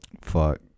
fuck